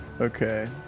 Okay